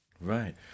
right